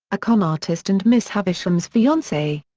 a con artist and miss havisham's fiance.